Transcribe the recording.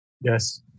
Yes